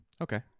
Okay